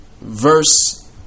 verse